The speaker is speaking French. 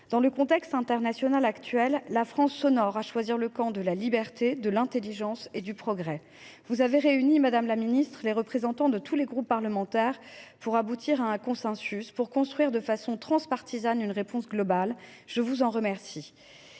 Dans le contexte international actuel, la France s’honore en choisissant le camp de la liberté, de l’intelligence, du progrès. Vous avez réuni, madame la ministre, les représentants de tous les groupes parlementaires pour aboutir à un consensus, afin d’élaborer une réponse globale de façon transpartisane ; je vous en remercie.